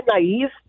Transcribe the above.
naive